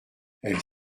elle